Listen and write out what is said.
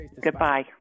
Goodbye